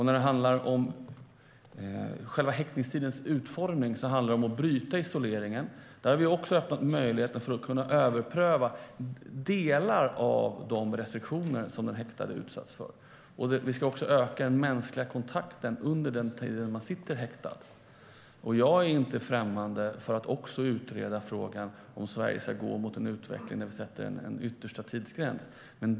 När det gäller själva utformningen av häktningstiden handlar det om att bryta isoleringen. Där har vi öppnat för möjligheten att överpröva delar av de restriktioner som den häktade utsätts för. Vi ska också öka den mänskliga kontakten under den tid man sitter häktad. Jag är inte främmande för att också utreda frågan om Sverige ska gå mot en utveckling där vi sätter en yttersta tidsgräns.